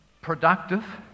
productive